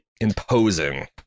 Imposing